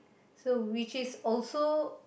so which is also